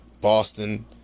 Boston